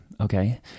Okay